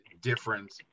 different